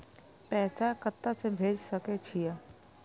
पैसा कते से भेज सके छिए?